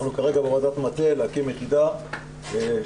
אנחנו כרגע בעבודת מטה להקים יחידה שתטפל